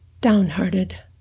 downhearted